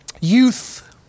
youth